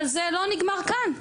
אבל זה לא נגמר כאן.